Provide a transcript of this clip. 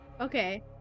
Okay